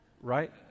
right